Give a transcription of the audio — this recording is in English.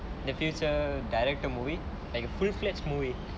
the future direct a movie like a full fledged movie